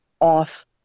off